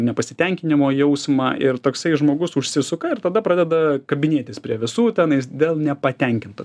nepasitenkinimo jausmą ir toksai žmogus užsisuka ir tada pradeda kabinėtis prie visų tenais dėl nepatenkinto